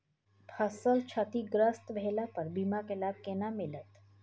फसल क्षतिग्रस्त भेला पर बीमा के लाभ केना मिलत?